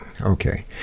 okay